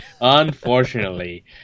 Unfortunately